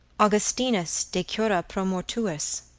augustinus de cura pro mortuis,